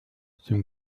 zum